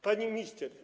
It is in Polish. Pani Minister!